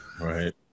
Right